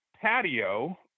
patio